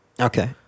Okay